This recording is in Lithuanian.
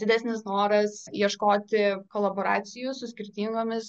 didesnis noras ieškoti kolaboracijų su skirtingomis